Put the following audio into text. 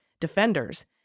defenders